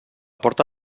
porta